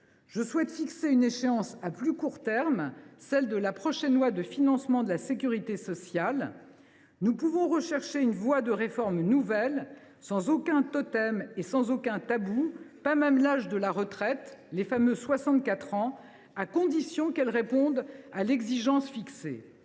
Je souhaite fixer une échéance à plus court terme, celle de la prochaine loi de financement de la sécurité sociale (LFSS). Nous pouvons rechercher une voie de réforme nouvelle, sans aucun totem et sans aucun tabou, pas même l’âge de la retraite – les fameux 64 ans –, à condition qu’elle réponde à l’exigence fixée.